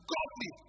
Godly